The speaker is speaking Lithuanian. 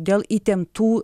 dėl įtemptų